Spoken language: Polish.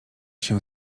się